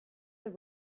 the